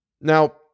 Now